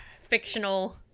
Fictional